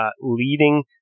leading